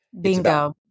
Bingo